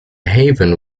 haven